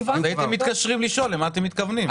אז הייתם מתקשרים לשאול למה מתכוונים.